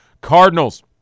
Cardinals